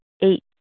Eight